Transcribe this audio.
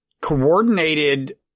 coordinated